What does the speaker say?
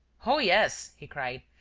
oh, yes, he cried,